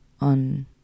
on